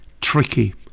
Tricky